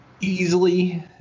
Easily